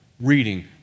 reading